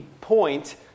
point